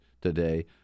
today